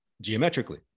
geometrically